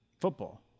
Football